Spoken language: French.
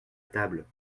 table